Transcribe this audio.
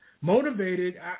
motivated